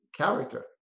character